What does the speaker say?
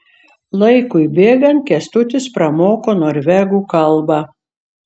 laikui bėgant kęstutis pramoko norvegų kalbą